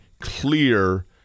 clear